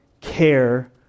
care